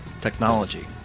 Technology